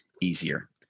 easier